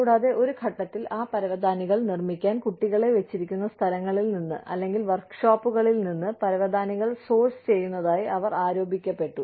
കൂടാതെ ഒരു ഘട്ടത്തിൽ ആ പരവതാനികൾ നിർമ്മിക്കാൻ കുട്ടികളെ വെച്ചിരിക്കുന്ന സ്ഥലങ്ങളിൽ നിന്ന് അല്ലെങ്കിൽ വർക്ക്ഷോപ്പുകളിൽ നിന്ന് പരവതാനികൾ സോഴ്സ് ചെയ്യുന്നതായി അവർ ആരോപിക്കപ്പെട്ടു